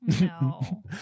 No